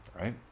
right